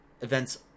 Events